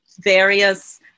various